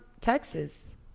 Texas